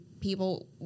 people